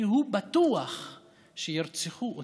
כי הוא בטוח שירצחו אותו.